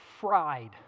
fried